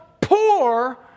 poor